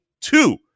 two